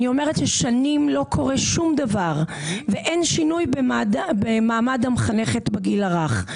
אני אומרת ששנים לא קורה שום דבר ואין שינוי במעמד המחנכת בגיל הרך,